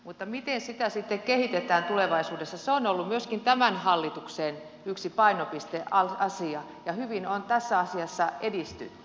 mutta miten sitä sitten kehitetään tulevaisuudessa se on ollut myöskin tämän hallituksen yksi painopisteasia ja hyvin on tässä asiassa edistytty